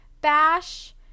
bash